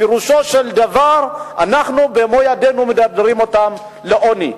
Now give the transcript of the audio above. פירושו של דבר שאנחנו במו-ידינו מדרדרים אותם לעוני.